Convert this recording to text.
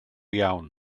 iawn